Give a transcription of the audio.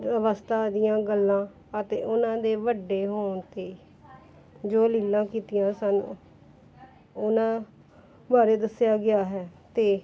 ਅਵਸਥਾ ਦੀਆਂ ਗੱਲਾਂ ਅਤੇ ਉਹਨਾਂ ਦੇ ਵੱਡੇ ਹੋਣ 'ਤੇ ਜੋ ਲੀਲਾ ਕੀਤੀਆਂ ਸਨ ਉਹਨਾਂ ਬਾਰੇ ਦੱਸਿਆ ਗਿਆ ਹੈ ਅਤੇ